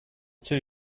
two